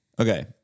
Okay